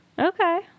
Okay